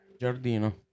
Giardino